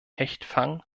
unterstütze